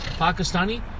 Pakistani